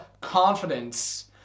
confidence